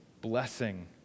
blessing